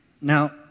Now